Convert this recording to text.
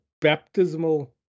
baptismal